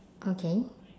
okay